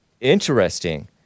interesting